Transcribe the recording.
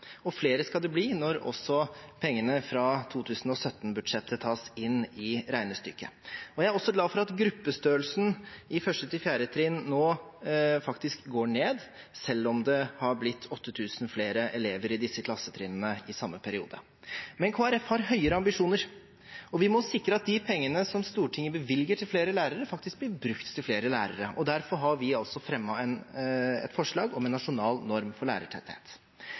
og flere skal det bli når også pengene fra 2017-budsjettet tas inn i regnestykket. Jeg er også glad for at gruppestørrelsen på 1.–4. trinn nå faktisk går ned, selv om det har blitt 8 000 flere elever i disse klassetrinnene i samme periode. Men Kristelig Folkeparti har høyere ambisjoner, og vi må sikre at de pengene som Stortinget bevilger til flere lærere, faktisk blir brukt til flere lærere, og derfor har vi fremmet et forslag om en nasjonal norm for lærertetthet.